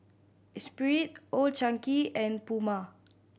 Espirit Old Chang Kee and Puma